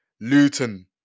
Luton